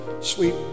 sweet